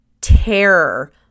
terror